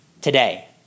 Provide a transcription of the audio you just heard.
today